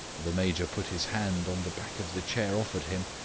the major put his hand on the back of the chair offered him,